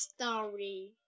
story